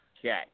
Okay